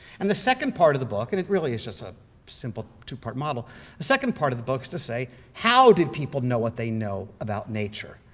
and the second part of the book and it really is just a simple two-part model the second part of the book is to say, how did people know what they know about nature?